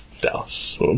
Dallas